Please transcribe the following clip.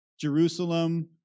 Jerusalem